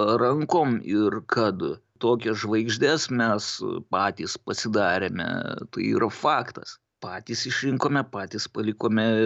rankom ir kad tokias žvaigždes mes patys pasidarėme tai yra faktas patys išrinkome patys palikome